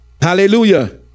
Hallelujah